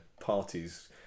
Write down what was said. parties